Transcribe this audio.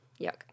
Yuck